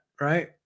right